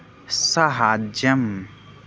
साहाय्यम्